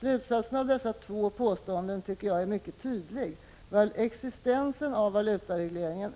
Slutsatserna av dessa två påståenden tycker jag är mycket tydliga: existensen av valutaregleringen